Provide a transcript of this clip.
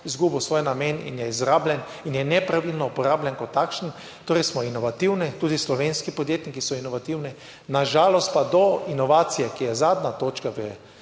izgubil svoj namen in je izrabljen in je nepravilno uporabljen kot takšen. Torej smo inovativni, tudi slovenski podjetniki so inovativni, na žalost pa do inovacije, ki je zadnja točka v